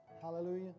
Hallelujah